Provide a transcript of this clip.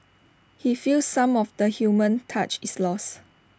he feels some of the human touch is lost